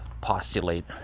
postulate